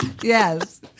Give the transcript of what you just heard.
Yes